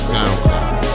SoundCloud